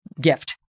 gift